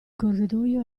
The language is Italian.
corridoio